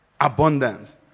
abundance